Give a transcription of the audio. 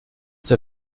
der